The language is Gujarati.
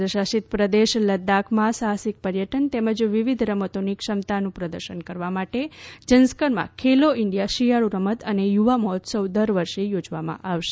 કેન્દ્ર શાસિત પ્રદેશ લદ્દાખમાં સાહસિક પર્યટન તેમજ વિવિધ રમતોની ક્ષમતાનું પ્રદર્શન કરવા માટે ઝંસ્કરમાં ખેલો ઈન્ડિયા શિયાળુ રમત અને યુવા મહોત્સવ દર વર્ષે યોજવામાં આવશે